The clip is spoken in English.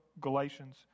Galatians